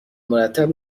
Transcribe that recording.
مرتب